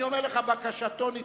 אני אומר לך: בקשתו נדחתה.